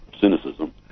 cynicism